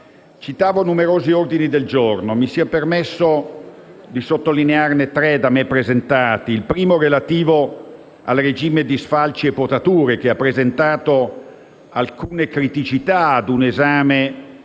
Citavo numerosi ordini del giorno; mi sia permesso sottolinearne tre da me presentati. Il primo è relativo al regime di sfalci e potature, che ha presentato alcune criticità ad un esame più